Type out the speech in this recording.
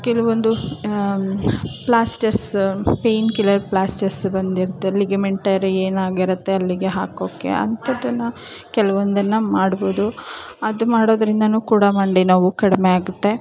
ಕೆಲವೊಂದು plasters pain killer plasters ಬಂದಿರುತ್ತೆ ಅಲ್ಲಿಗೆ ಮೆಂಟಲಿ ಏನಾಗಿರುತ್ತೆ ಅಲ್ಲಿಗೆ ಹಾಕೋಕೆ ಅಂಥದನ್ನು ಕೆಲ್ವೊಂದನ್ನು ಮಾಡ್ಬೋದು ಅದು ಮಾಡೋದ್ರಿಂದಲೂ ಕೂಡ ಮಂಡಿ ನೋವು ಕಡಿಮೆ ಆಗುತ್ತೆ